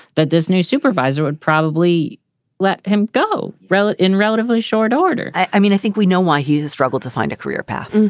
that this new supervisor would probably let him go. rowlett in relatively short order i mean, i think we know why he's struggled to find a career path.